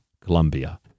Colombia